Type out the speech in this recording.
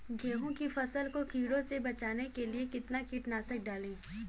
गेहूँ की फसल को कीड़ों से बचाने के लिए कितना कीटनाशक डालें?